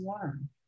learn